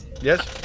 yes